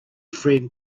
friend